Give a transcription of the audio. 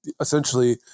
essentially